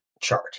chart